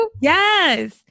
Yes